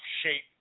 shape